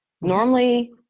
Normally